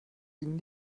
ihnen